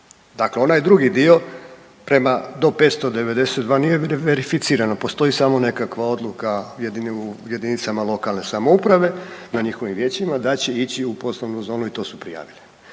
Dakle, onaj drugi dio prema do 592 nije ni verificirano postoji samo nekakva odluka u jedinicama lokalne samouprave na njihovim vijećima da će ići u poslovnu zonu i to su prijavili.